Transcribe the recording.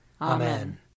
Amen